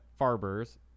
Farber's